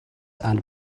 and